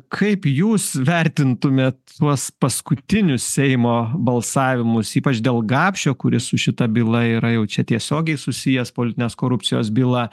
kaip jūs vertintumėt tuos paskutinius seimo balsavimus ypač dėl gapšio kuris su šita byla yra jau čia tiesiogiai susijęs politinės korupcijos byla